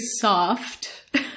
soft